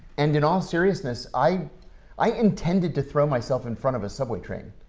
and in all seriousness, i i intended to throw myself in front of a subway train.